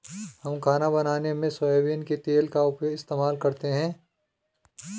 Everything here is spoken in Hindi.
हम खाना बनाने में सोयाबीन के तेल का इस्तेमाल करते हैं